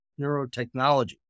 Neurotechnology